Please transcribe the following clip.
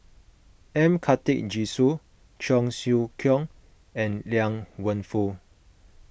M Karthigesu Cheong Siew Keong and Liang Wenfu